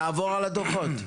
נעבור על הדוחות.